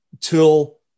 till